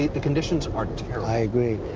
the conditions are terrible. i agree.